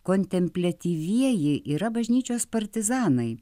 kontempliatyvieji yra bažnyčios partizanai